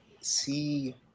see